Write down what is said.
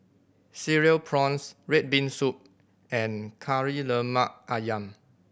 Cereal Prawns red bean soup and Kari Lemak Ayam